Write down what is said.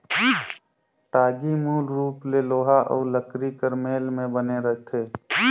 टागी मूल रूप ले लोहा अउ लकरी कर मेल मे बने रहथे